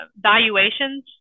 valuations